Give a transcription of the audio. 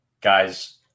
guys